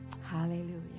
Hallelujah